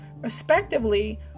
respectively